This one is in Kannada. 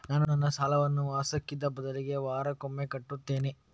ನಾನು ನನ್ನ ಸಾಲವನ್ನು ಮಾಸಿಕದ ಬದಲಿಗೆ ವಾರಕ್ಕೊಮ್ಮೆ ಕಟ್ಟುತ್ತೇನೆ